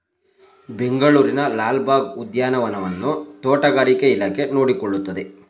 ಬೆಂಗಳೂರಿನ ಲಾಲ್ ಬಾಗ್ ಉದ್ಯಾನವನವನ್ನು ತೋಟಗಾರಿಕೆ ಇಲಾಖೆ ನೋಡಿಕೊಳ್ಳುತ್ತದೆ